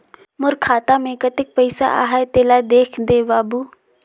मोर खाता मे कतेक पइसा आहाय तेला देख दे बाबु?